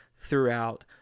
throughout